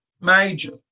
major